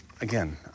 again